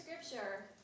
Scripture